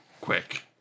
quick